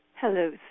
Hello